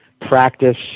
practice